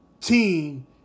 team